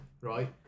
Right